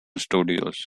studios